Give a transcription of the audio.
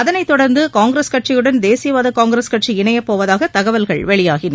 அதைத்தொடர்ந்து காங்கிரஸ் கட்சியுடன் தேசியவாத காங்கிரஸ் கட்சி இணையப்போவதாக தகவல்கள் வெளியாயின